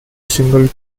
single